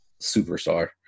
superstar